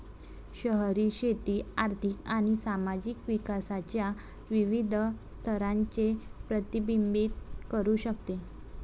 शहरी शेती आर्थिक आणि सामाजिक विकासाच्या विविध स्तरांचे प्रतिबिंबित करू शकते